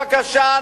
בבקשה,